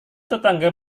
tetangga